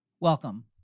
welcome